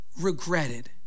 regretted